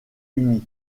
unies